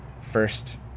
first